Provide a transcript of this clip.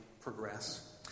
progress